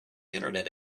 internet